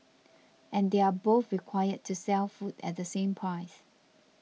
and they're both required to sell food at the same price